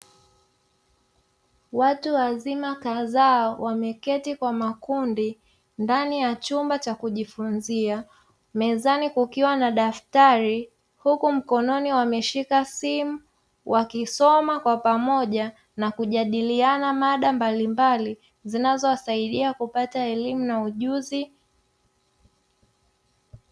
Watu wazima kadhaa wameketi kwa makundi ndani ya chumba cha kujifunzia, mezani kukiwa na daftari huku mikononi wameshika simu, wakisoma kwa pamoja na kujadiliana mada mbalimbali zinazowasaidia kupata elimu na ujuzi.